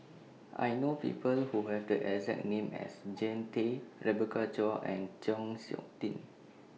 I know People Who Have The exact name as Jean Tay Rebecca Chua and Chng Seok Tin